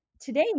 Today